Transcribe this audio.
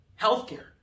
healthcare